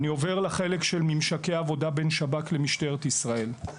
אני עובר לחלק שעוסק בממשקי העבודה בין שב"כ למשטרת ישראל.